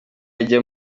ajya